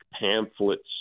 pamphlets